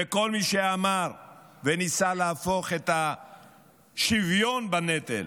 וכל מי שאמר וניסה להפוך את השוויון בנטל